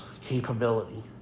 capability